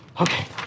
Okay